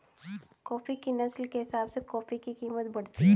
coffee की नस्ल के हिसाब से कॉफी की कीमत बढ़ती है